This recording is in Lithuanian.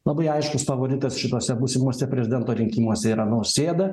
labai aiškus favoritas šituose būsimuose prezidento rinkimuose yra nausėda